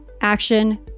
action